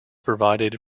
provided